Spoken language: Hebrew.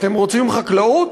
אתם רוצים חקלאות?